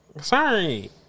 sorry